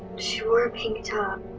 she wore a pink top.